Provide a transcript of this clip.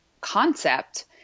concept